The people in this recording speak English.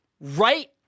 right